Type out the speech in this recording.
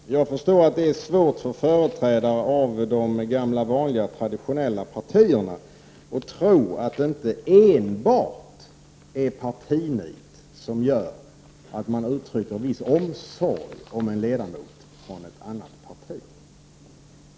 Fru talman! Jag förstår att det är svårt för företrädare för de gamla vanliga, traditionella, partierna att tro att det inte enbart är partinit som gör att man uttrycker viss omsorg om en ledamot från ett annat parti.